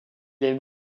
aime